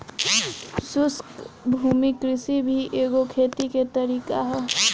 शुष्क भूमि कृषि भी एगो खेती के तरीका ह